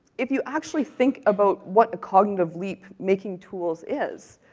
if you actually think about what a cognitive leap making tools is,